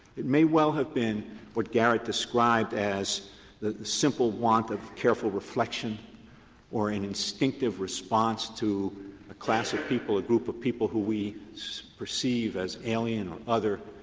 it may well have been what garrett described as the simple want of careful reflection or an instinctive response to a class of people or a group of people who we so perceive as alien or other.